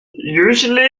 usually